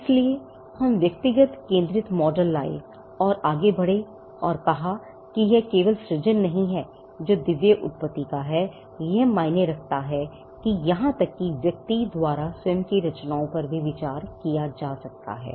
इसलिए हम व्यक्तिगत केंद्रित मॉडल लाए और आगे बढ़े और कहा कि यह केवल सृजन नहीं है जो कि दिव्य उत्पत्ति का है यह मायने रखता है कि यहां तक कि व्यक्ति द्वारा स्वयं की रचनाओं पर विचार किया जा सकता है